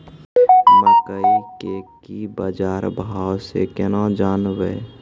मकई के की बाजार भाव से केना जानवे?